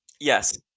yes